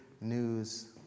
news